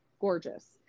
gorgeous